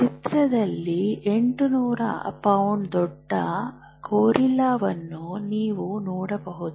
ಚಿತ್ರದಲ್ಲಿ 800 ಪೌಂಡ್ನ ದೊಡ್ಡ ಗೊರಿಲ್ಲಾವನ್ನು ನೀವು ನೋಡಬಹುದು